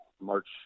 March